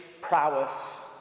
prowess